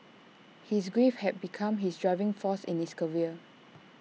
his grief had become his driving force in his career